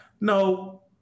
No